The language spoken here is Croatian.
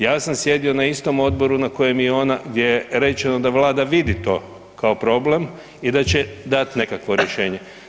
Ja sam sjedio na istom odboru na kojem je ona, gdje je rečeno da Vlada to vidi to kao problem i da će dati nekakvo rješenje.